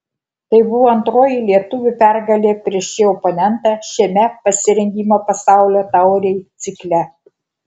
tai buvo antroji lietuvių pergalė prieš šį oponentą šiame pasirengimo pasaulio taurei cikle